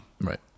Right